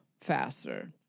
faster